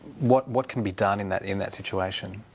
what what can be done in that in that situation?